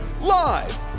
Live